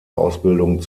ausbildung